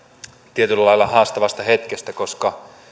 tietyllä lailla haastavasta hetkestä koska